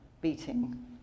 beating